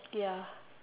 ya